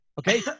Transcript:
okay